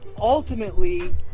ultimately